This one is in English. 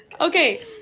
Okay